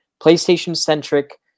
PlayStation-centric